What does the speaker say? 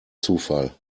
zufall